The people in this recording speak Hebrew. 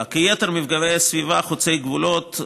כי כמו ביתר מפגעי הסביבה חוצי הגבולות,